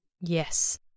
Yes